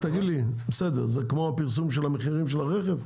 בסדר, זה כמו הפרסום של המחירים של הרכב?